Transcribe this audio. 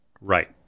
Right